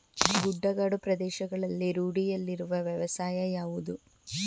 ಗುಡ್ಡಗಾಡು ಪ್ರದೇಶಗಳಲ್ಲಿ ರೂಢಿಯಲ್ಲಿರುವ ವ್ಯವಸಾಯ ಯಾವುದು?